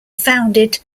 founded